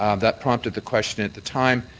um that prompted the question at the time,